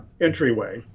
entryway